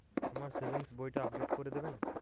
আমার সেভিংস বইটা আপডেট করে দেবেন?